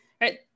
right